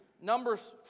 Numbers